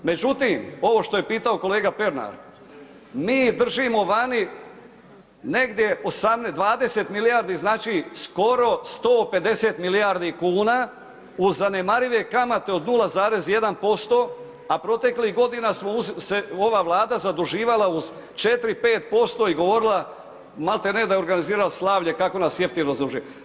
Međutim, ovo što je pitao kolega Pernar, mi držimo vani negdje 20 milijardi, znači skoro 150 milijardi kuna uz zanemarive kamate od 0,1%, a proteklih godina smo se, ova Vlada zaduživala uz 4-5% i govorila malte ne da je organizirala slavlje kako nas jeftino zadužuje.